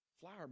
flower